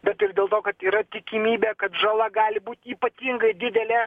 bet ir dėl to kad yra tikimybė kad žala gali būt ypatingai didelė